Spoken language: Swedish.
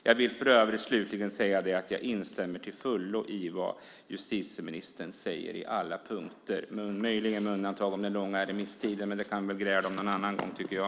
För övrigt vill jag slutligen säga att jag till fullo instämmer i vad justitieministern på alla punkter säger, möjligen med undantag av punkten om den långa remisstiden. Men det kan vi väl gräla om någon annan gång, tycker jag.